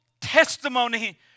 testimony